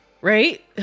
Right